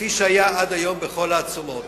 כפי שהיה עד היום בכל העצומות.